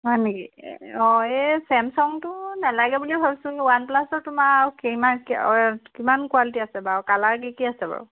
হয় নেকি অঁ এই ছেমচাংটো নেলাগে বুলি ভাবিচো ৱান প্লাছৰ তোমাৰ আৰু কেইমান কিমান কোৱালিটি আছে বাৰু কালাৰ কি কি আছে বাৰু